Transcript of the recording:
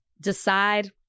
decide